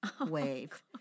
wave